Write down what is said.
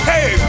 Hey